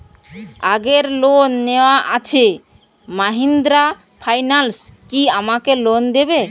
আগের লোন নেওয়া আছে মাহিন্দ্রা ফাইন্যান্স কি আমাকে লোন দেবে?